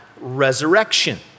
resurrection